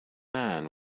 man